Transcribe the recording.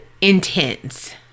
intense